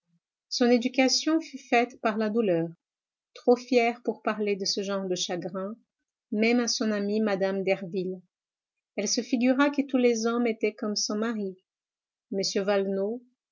son éducation fut faite par la douleur trop fière pour parler de ce genre de chagrins même à son amie mme derville elle se figura que tous les hommes étaient comme son mari